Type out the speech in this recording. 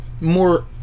More